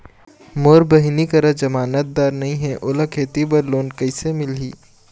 मोर बहिनी करा जमानतदार नई हे, ओला खेती बर लोन कइसे मिलही?